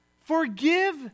forgive